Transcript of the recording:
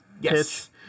Yes